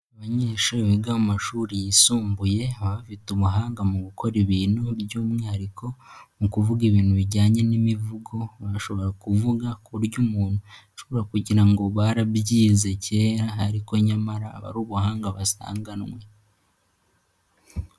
Abanyeshuri biga mu mashuri yisumbuye bafite umuhanga mu gukora ibintu by'umwihariko mu kuvuga ibintu bijyanye n'imivugo, bashobora kuvuga ku buryo umuntu ashobora kugira ngo barabyize kera ariko nyamara aba ubuhanga basanganwe.